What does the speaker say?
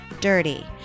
Dirty